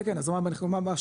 כן כן השבה לטבע.